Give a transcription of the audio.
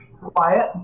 Quiet